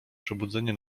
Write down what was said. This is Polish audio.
przebudzenie